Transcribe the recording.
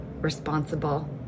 responsible